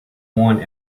want